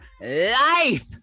life